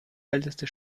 älteste